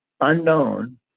unknown